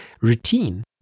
routine